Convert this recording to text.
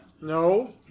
No